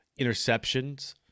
interceptions